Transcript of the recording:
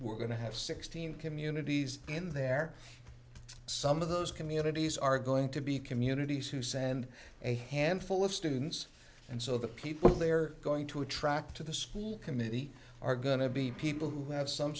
we're going to have sixteen communities in their some of those communities are going to be communities who send a handful of students and so the people they're going to attract to the school committee are going to be people who have some